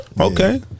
Okay